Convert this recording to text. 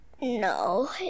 No